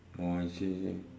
oh I see I see